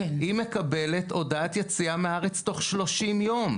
היא מקבלת הודעת יציאה מהארץ בתוך 30 יום.